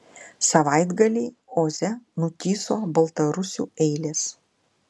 savaitgalį oze nutįso baltarusių eilės